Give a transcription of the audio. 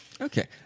okay